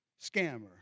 scammer